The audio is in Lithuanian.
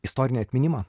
istorinį atminimą